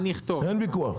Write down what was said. אין ויכוח.